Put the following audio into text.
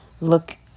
look